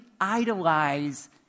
idolize